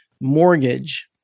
mortgage